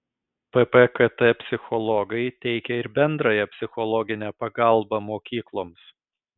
ppkt psichologai teikia ir bendrąją psichologinę pagalbą mokykloms